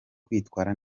kwitwara